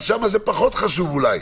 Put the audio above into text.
זה אולי פחות חשוב.